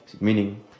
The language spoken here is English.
meaning